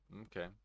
okay